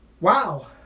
Wow